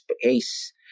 space